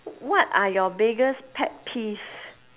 what are your biggest pet peeves